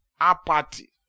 apathy